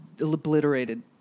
obliterated